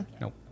Nope